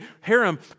harem